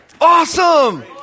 Awesome